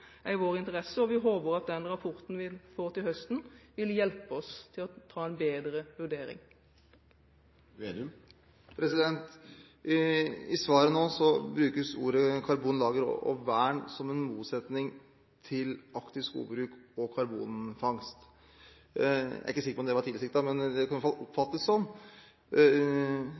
i vår interesse, og vi håper at den rapporten vi får til høsten, vil hjelpe oss til å ta en bedre vurdering. I svaret fra statsråden nå brukes ordene «karbonlager» og «vern» som en motsetning til aktiv skogbruk og karbonfangst. Jeg er ikke sikker på om det var tilsiktet, men det kan i hvert fall oppfattes